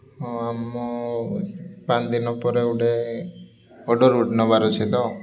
ହଁ ଆମ ପାଞ୍ଚ ଦିନ ପରେ ଗୋଟେ ଅର୍ଡ଼ର୍ ଗୁଟେ ନେବାର୍ ଅଛେ ତ